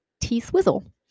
T-Swizzle